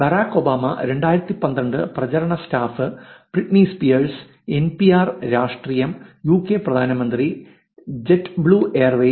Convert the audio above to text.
Barack Obama 2012 പ്രചാരണ staff Britney Spears NPR രാഷ്ട്രീയം UK പ്രധാനമന്ത്രി JetBlue Airways Britney Spears NPR politics UK prime minister JetBlue Airways